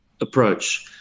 approach